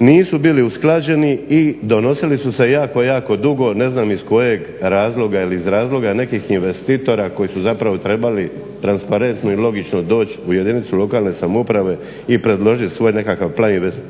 nisu bili usklađeni i donosili su se jako, jako dugo ne znam iz kojeg razloga. Jel' iz razloga nekih investitora koji su zapravo trebali transparentno i logično doći u jedinicu lokalne samouprave i predložiti svoj nekakav